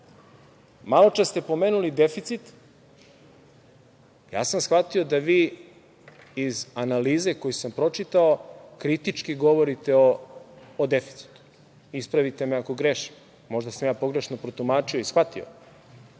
Srbije. Maločas ste pomenuli deficit. Ja sam shvatio da vi, iz analize koju sam pročitao, kritički govorite o deficitu. Ispravite me ako grešim, možda sam ja pogrešno protumačio i shvatio.